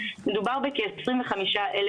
מדובר בכ-25,000